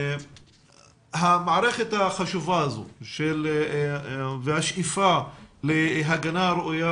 המערכת החשובה הזו והשאיפה להגנה ראויה